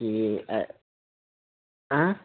जी आँ